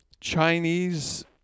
Chinese